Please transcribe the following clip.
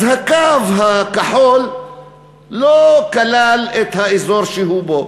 הקו הכחול לא כלל את האזור שהוא גר בו,